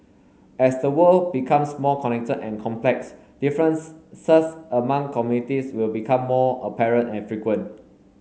as the world becomes more connected and complex difference among communities will become more apparent and frequent